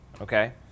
okay